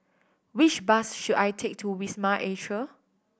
which bus should I take to Wisma Atria